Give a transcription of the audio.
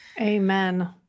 Amen